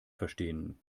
verstehen